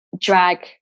drag